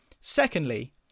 secondly